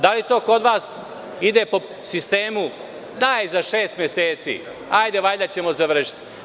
Da li to kod vas ide po sistemu – daj za šest meseci, valjda ćemo završiti.